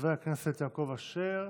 חבר הכנסת יעקב אשר,